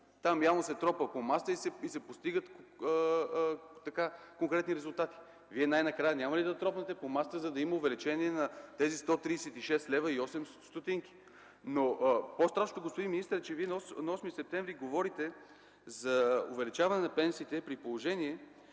Там явно се тропа по масата и се постигат конкретни резултати. Вие най-накрая няма ли да тропнете по масата, за да има увеличение на тези 136 лева и 8 стотинки? Господин министър, по-страшното е, че Вие на 8 септември говорите за увеличаване на пенсиите, при положение